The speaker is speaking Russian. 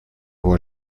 его